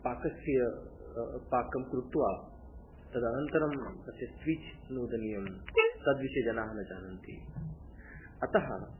पाकस्य पाकं कृत्वा तदनन्तरं तस्य स्विच् नोदनीयं तद्विषये जनाः न जानन्ति अतः